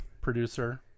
Producer